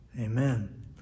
Amen